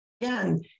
again